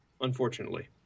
Unfortunately